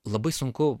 labai sunku